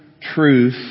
truth